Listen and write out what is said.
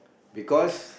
because